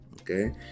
okay